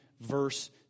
verse